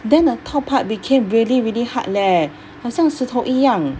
then the top part became really really hard leh 好像石头一样